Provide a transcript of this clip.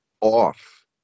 off